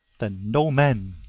then no man,